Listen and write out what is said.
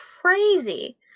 crazy